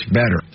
better